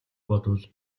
бодвол